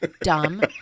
dumb